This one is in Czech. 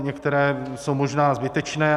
Některé jsou možná zbytečné.